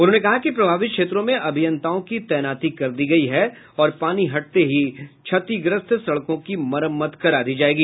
उन्होंने कहा कि प्रभावित क्षेत्रों में अभियंताओं की तैनाती कर दी गयी है और पानी हटते ही क्षतिग्रस्त सड़कों की मरम्मद करा दी जायेगी